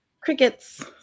crickets